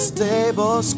Stable